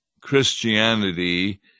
Christianity